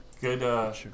Good